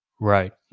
Right